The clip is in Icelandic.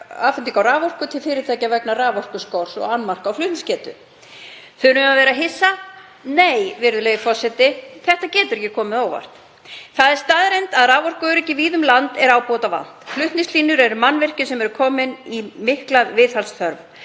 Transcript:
afhendingu á raforku til fyrirtækja vegna raforkuskorts og annmarka á flutningsgetu. Þarf það að koma okkur á óvart? Nei, virðulegi forseti. Þetta getur ekki komið á óvart. Það er staðreynd að raforkuöryggi víða um land er ábótavant. Flutningslínur eru mannvirki sem komin eru í mikla viðhaldsþörf.